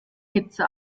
hitze